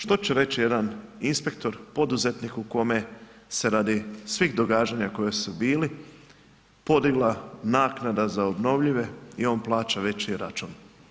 Što će reći jedan inspektor, poduzetnik o kome se radi svih događanja koji su bili, podigla naknada za obnovljive i on plaća veći račun?